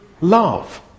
love